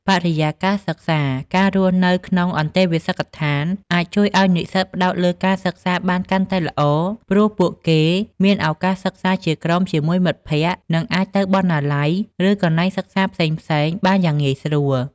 បរិយាកាសសិក្សា ការរស់នៅក្នុងអន្តេវាសិកដ្ឋានអាចជួយឱ្យនិស្សិតផ្តោតលើការសិក្សាបានកាន់តែល្អ ព្រោះពួកគេមានឱកាសសិក្សាជាក្រុមជាមួយមិត្តភក្តិ និងអាចទៅបណ្ណាល័យ ឬកន្លែងសិក្សាផ្សេងៗបានយ៉ាងងាយស្រួល។